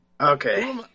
Okay